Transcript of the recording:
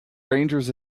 rangers